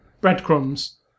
breadcrumbs